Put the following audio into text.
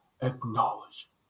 acknowledge